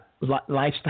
Lifestyle